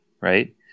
right